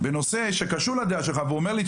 בנושא שקשור לדעה שלך והוא אומר לי,